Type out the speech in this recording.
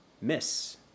Miss